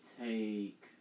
take